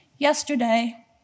Yesterday